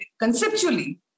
conceptually